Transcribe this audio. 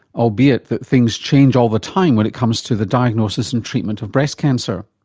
albeit that things change all the time when it comes to the diagnosis and treatment of breast cancer.